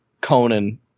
Conan